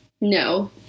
No